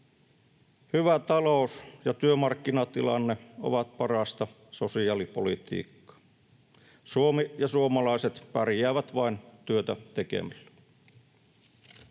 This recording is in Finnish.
Hyvä talous- ja työmarkkinatilanne ovat parasta sosiaalipolitiikkaa. Suomi ja suomalaiset pärjäävät vain työtä tekemällä.